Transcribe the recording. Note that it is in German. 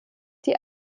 die